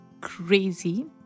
crazy